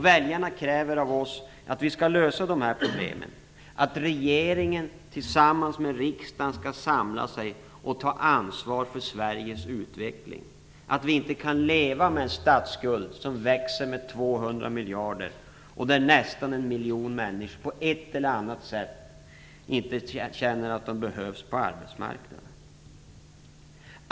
Väljarna kräver av oss att vi skall lösa dessa problem, att regeringen tillsammans med riksdagen skall samla sig och ta ansvar för Sveriges utveckling. Vi kan inte leva med en statsskuld som växer med 200 miljarder och med nästan 1 miljon människor som på ett eller annat sätt känner att de inte behövs på arbetsmarknaden.